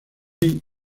hay